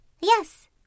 Yes